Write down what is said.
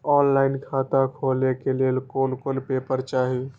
Online खाता खोले के लेल कोन कोन पेपर चाही?